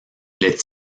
les